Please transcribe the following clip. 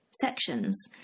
sections